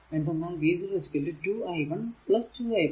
എന്തെന്നാൽ v0 2 i 1 2 i 1